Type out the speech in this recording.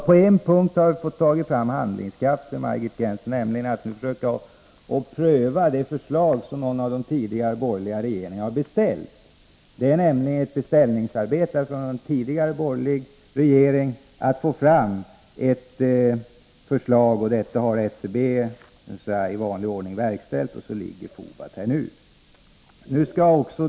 Men jag har på en punkt visat handlingskraft, Margit Gennser, nämligen när det gäller att pröva den kartläggning som en av de tidigare borgerliga regeringarna har beställt — kartläggningen är nämligen ett beställningsarbete från en tidigare borgerlig regering. SCB har i vanlig ordning verkställt kartläggningen, och nu har vi alltså Fobalt.